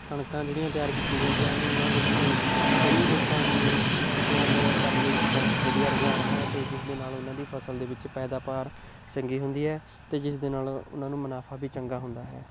ਕਣਕਾਂ ਜਿਹੜੀਆਂ ਤਿਆਰ ਕੀਤੀਆਂ ਜਾਂਦੀਆਂ ਹਨ ਉਹਨਾਂ ਦੇ ਵਿੱਚ ਕਈ ਲੋਕਾਂ ਨੂੰ ਉਸ ਚੀਜ਼ਾਂ ਦੇ ਕਰਨ ਦੇ ਵਿੱਚ ਬਹੁਤ ਵਧੀਆ ਰੁਝਾਨ ਹੈ ਅਤੇ ਜਿਸ ਦੇ ਨਾਲ ਉਹਨਾਂ ਦੀ ਫਸਲ ਦੇ ਵਿੱਚ ਪੈਦਾਵਾਰ ਚੰਗੀ ਹੁੰਦੀ ਹੈ ਅਤੇ ਜਿਸ ਦੇ ਨਾਲ ਉਹਨਾਂ ਨੂੰ ਮੁਨਾਫਾ ਵੀ ਚੰਗਾ ਹੁੰਦਾ ਹੈ